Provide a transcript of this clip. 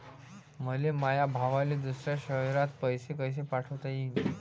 मले माया भावाले दुसऱ्या शयरात पैसे कसे पाठवता येईन?